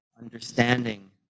understanding